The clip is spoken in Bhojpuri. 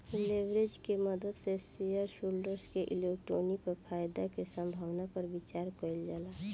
लेवरेज के मदद से शेयरहोल्डर्स के इक्विटी पर फायदा के संभावना पर विचार कइल जाला